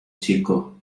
chico